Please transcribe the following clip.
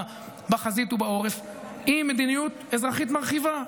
בחזית ובעורף עם מדיניות אזרחית מרחיבה,